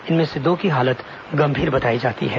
इनमें से दो की हालत गंभीर बताई जाती है